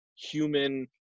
human